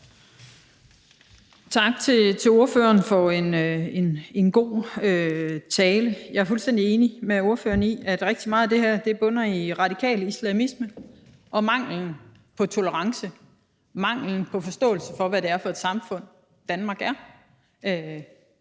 Tak til ordføreren for en god tale. Jeg er fuldstændig enig med ordføreren i, at rigtig meget af det her bunder i radikal islamisme og mangel på tolerance og manglende forståelse af, hvilke samfund Danmark og